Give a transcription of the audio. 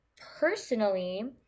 personally